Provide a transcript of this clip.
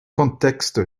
contexte